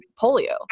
polio